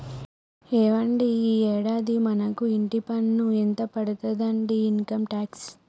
ఏవండి ఈ యాడాది మనకు ఇంటి పన్ను ఎంత పడతాదండి ఇన్కమ్ టాక్స్